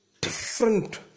different